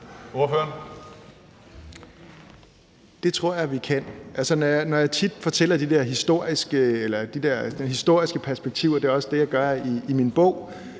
Det tror jeg vi kan. Altså, når jeg tit fortæller om de der historiske perspektiver – det er også det, jeg gør i min bog